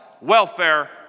welfare